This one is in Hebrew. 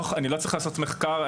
אני לא צריך לעשות מחקר.